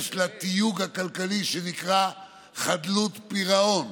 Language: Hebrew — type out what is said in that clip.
לתיוג הכלכלי שנקרא חדלות פירעון,